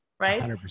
right